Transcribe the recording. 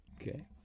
Okay